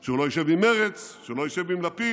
שהוא לא ישב עם מרצ, שהוא לא ישב עם לפיד,